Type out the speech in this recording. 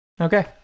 Okay